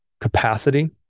capacity